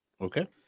Okay